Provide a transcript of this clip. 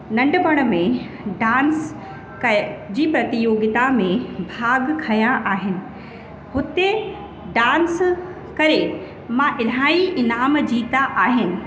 नंढपिण में डांस कय जी प्रतियोगिता में भाग खयां आहिनि हुते डांस करे मां इलाही इनाम जीता आहिनि